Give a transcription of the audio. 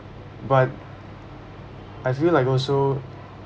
but I feel like also